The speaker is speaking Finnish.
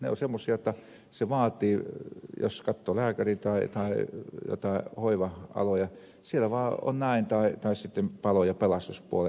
ne ovat semmoisia jotta se vaatii sen jos katsoo lääkäri tai joitain hoiva aloja tai sitten palo ja pelastuspuolen asioita